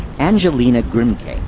angelina grimke,